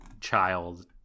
child